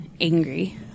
angry